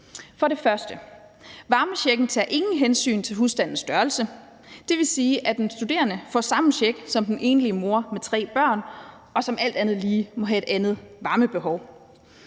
For det første tager varmechecken ingen hensyn til husstandens størrelse. Det vil sige, at en studerende får samme check som den enlige mor med tre børn, og som alt andet lige må have et andet varmebehov.